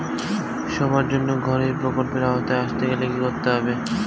সবার জন্য ঘর এই প্রকল্পের আওতায় আসতে গেলে কি করতে হবে?